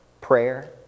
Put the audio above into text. prayer